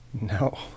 No